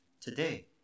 today